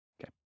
Okay